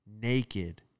naked